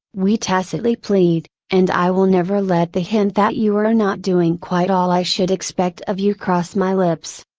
we tacitly plead, and i will never let the hint that you are not doing quite all i should expect of you cross my lips.